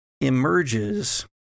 emerges